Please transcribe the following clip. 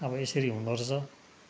अब यसरी हुँदो रहेछ